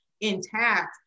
intact